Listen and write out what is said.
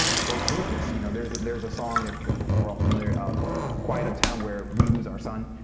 go through this. you know there's there's a song if if we're all familiar ah quiet quiet uptown, where we lose our son.